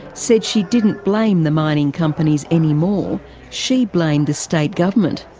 said she didn't blame the mining companies anymore she blamed the state government.